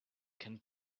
can